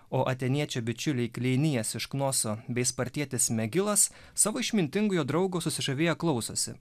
o atėniečio bičiuliai klinijas iš knoso bei spartietis mėgilas savo išmintingojo draugo susižavėję klausosi